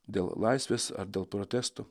dėl laisvės ar dėl protestų